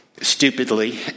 stupidly